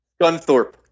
Gunthorpe